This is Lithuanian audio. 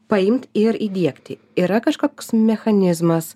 paimt ir įdiegti yra kažkoks mechanizmas